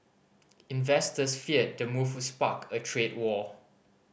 investors feared the move spark a trade war